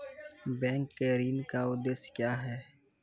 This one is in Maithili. बैंक के ऋण का उद्देश्य क्या हैं?